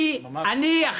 מי יכול לצחוק עליך?